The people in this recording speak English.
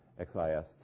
XIST